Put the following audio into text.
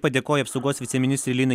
padėkoja apsaugos viceministrei linai